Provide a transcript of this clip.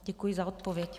Děkuji za odpověď.